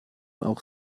auch